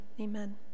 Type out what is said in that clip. amen